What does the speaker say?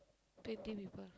twenty people